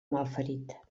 malferit